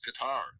guitar